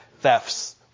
thefts